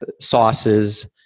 sauces